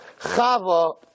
Chava